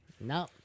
no